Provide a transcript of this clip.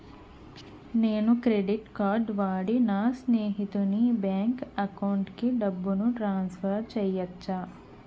నేను credit card వాడి నా స్నేహితుని బ్యాంక్ అకౌంట్ కి డబ్బును ట్రాన్సఫర్ చేయచ్చా?